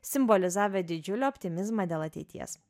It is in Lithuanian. simbolizavę didžiulį optimizmą dėl ateities